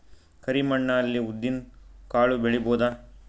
ಕರಿ ಮಣ್ಣ ಅಲ್ಲಿ ಉದ್ದಿನ್ ಕಾಳು ಬೆಳಿಬೋದ?